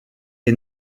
est